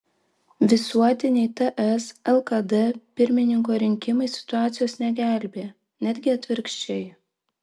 visuotiniai ts lkd pirmininko rinkimai situacijos negelbėja netgi atvirkščiai